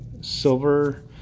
silver